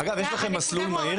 אגב, יש לכם מסלול מהיר?